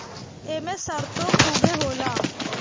एमे सरतो खुबे होला